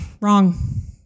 Wrong